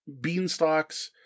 beanstalks